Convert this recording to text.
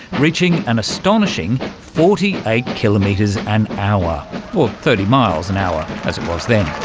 reaching an astonishing forty eight kilometres an hour, or thirty miles an hour as it was then.